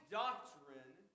doctrine